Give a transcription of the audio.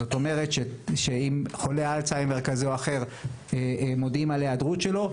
זאת אומרת שאם חולה אלצהיימר כזה או אחר מודיעים על היעדרות שלו,